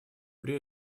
при